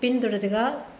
പിന്തുടരുക